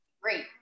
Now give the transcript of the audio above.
great